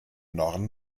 norden